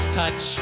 touch